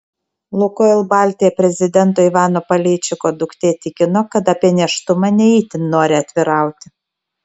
lukoil baltija prezidento ivano paleičiko duktė tikino kad apie nėštumą ne itin nori atvirauti